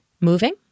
moving